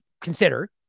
consider